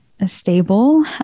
Stable